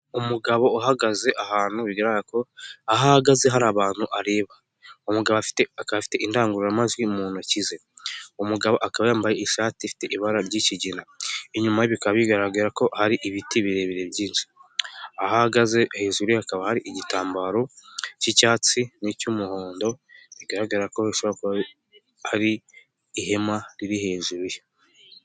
Umugabo uhagaze ahantu bigaragara ko aho ahagaze hari abantu areba, umugabo afite akaba afite indangururamajwi mu ntoki ze, umugabo akaba yambaye ishati ifite ibara ry'ikigina, inyuma bikaba bigaragara ko hari ibiti birebire byinshi, aho ahagaze hejuru hakaba hari igitambaro cy'icyatsi n'icy'umuhondo bigaragara ko bishobora kuba ar'ihema riri hejuru ye.